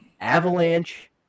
Avalanche